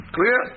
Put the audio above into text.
Clear